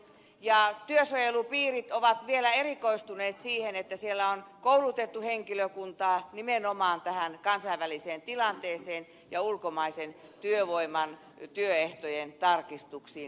ja työsuojelupiirit ovat vielä erikoistuneet siihen että siellä on koulutettu henkilökuntaa nimenomaan tähän kansainväliseen tilanteeseen ja ulkomaisen työvoiman työehtojen tarkistuksiin